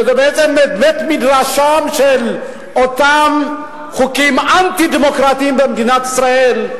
שזה בעצם בית-מדרשם של אותם חוקים אנטי-דמוקרטיים במדינת ישראל,